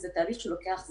זה תהליך שלוקח זמן.